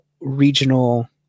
regional